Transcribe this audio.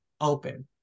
open